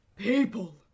people